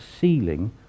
ceiling